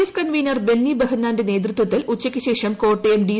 F convener Benny ബെഹ്നാന്റെ നേതൃത്വത്തിൽ ഉച്ചയ്ക്ക് ശേഷം കോട്ടയം ഡി